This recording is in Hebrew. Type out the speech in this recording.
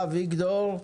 תודה, אביגדור.